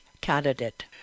candidate